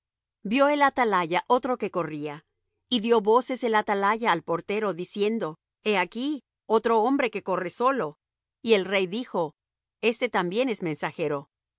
vió el atalaya otro que corría y dió voces el atalaya al portero diciendo he aquí otro hombre que corre solo y el rey dijo este también es mensajero